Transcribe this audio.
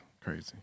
Crazy